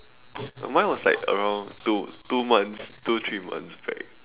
mine was like around two two months two three months back